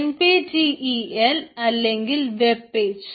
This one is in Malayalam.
NPTEL അല്ലെങ്കിൽ വെബ്പേജ്